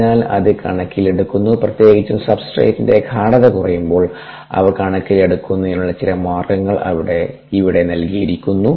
അതിനാൽ അത് കണക്കിലെടുക്കുന്നു പ്രത്യേകിച്ചും സബ്സ്ട്രെടിന്റെ ഗാഢത കുറയുമ്പോൾ അവ കണക്കിലെടുക്കുന്നതിനുള്ള ചില മാർഗ്ഗങ്ങൾ ഇവിടെ നൽകിയിരിക്കുന്നു